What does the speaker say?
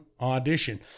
audition